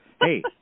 Hey